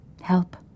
Help